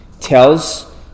tells